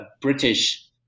british